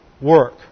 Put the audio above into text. work